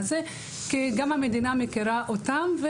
והמדינה מכירה אותם.